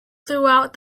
throughout